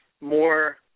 more